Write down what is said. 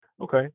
Okay